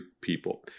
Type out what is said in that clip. people